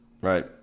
right